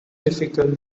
difficult